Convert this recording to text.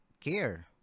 care